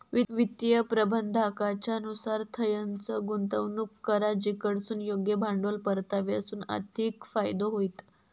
वित्तीय प्रबंधाकाच्या नुसार थंयंच गुंतवणूक करा जिकडसून योग्य भांडवल परताव्यासून अधिक फायदो होईत